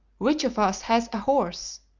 which of us has a horse?